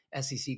SEC